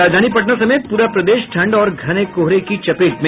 और राजधानी पटना समेत पूरा प्रदेश ठंड और घने कोहरे की चपेट में